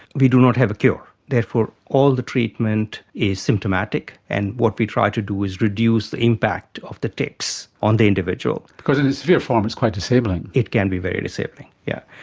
we do not have a cure, therefore all the treatment is symptomatic, and what we try to do is reduce the impact of the tics on the individual. because in its severe form it's quite disabling. it can be very disabling, yeah